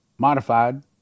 Modified